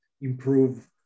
improve